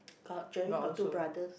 got Geraldine got two brothers